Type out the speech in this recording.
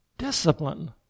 Discipline